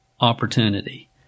opportunity